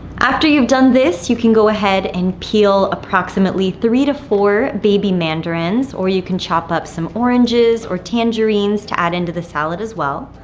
after you've done this, you can go ahead and peel approximately three to four baby mandarins, or you can chop up some oranges or tangerines to add into the salad as well.